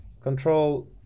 control